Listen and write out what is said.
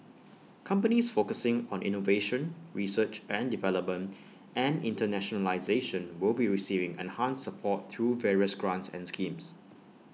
companies focusing on innovation research and development and internationalisation will be receiving enhanced support through various grants and schemes